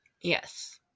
Yes